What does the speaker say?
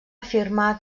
afirmar